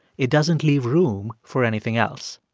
it doesn't leave room for anything else.